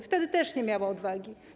Wtedy też nie miała odwagi.